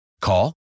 Call